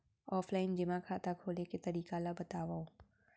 Offline जेमा खाता खोले के तरीका ल बतावव?